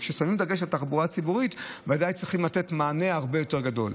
כששמים דגש על התחבורה הציבורית ודאי שצריך לתת מענה הרבה יותר גדול.